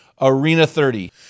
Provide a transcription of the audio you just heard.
ARENA30